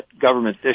government